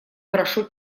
хорошо